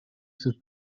sus